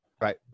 Right